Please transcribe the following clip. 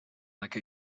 like